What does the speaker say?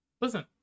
Listen